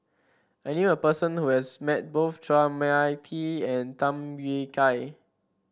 I knew a person who has met both Chua Mia Tee and Tham Yui Kai